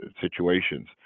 situations